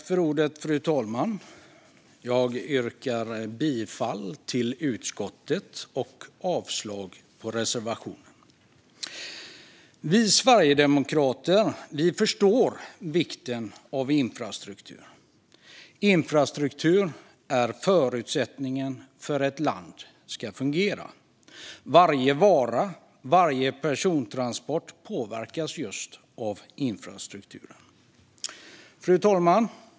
Fru talman! Jag yrkar bifall till utskottets förslag och avslag på reservationen. Vi sverigedemokrater förstår vikten av infrastruktur. Infrastruktur är förutsättningen för att ett land ska fungera. Varje vara och varje persontransport påverkas av infrastrukturen. Fru talman!